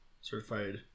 certified